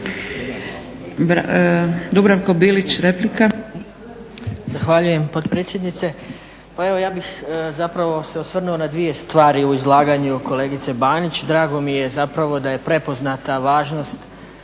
Dubravko (SDP)** Zahvaljujem potpredsjednice. Pa evo ja bih zapravo se osvrnuo na dvije stvari u izlaganju kolegice Banić. Drago mi je zapravo da je prepoznata važnost